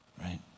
right